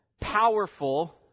powerful